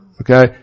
Okay